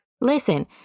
listen